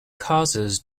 causes